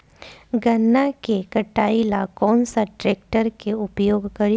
गन्ना के कटाई ला कौन सा ट्रैकटर के उपयोग करी?